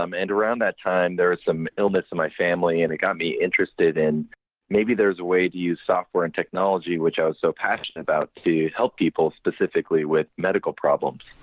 um and around that time, there was some illness in my family and it got me interested and maybe, there's a way to use software and technology which i was so passionate about to help people specifically with medical problems.